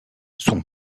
son